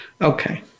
Okay